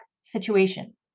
situation